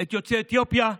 את יוצאי אתיופיה,